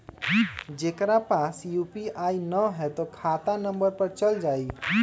जेकरा पास यू.पी.आई न है त खाता नं पर चल जाह ई?